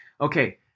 Okay